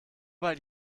weil